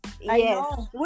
yes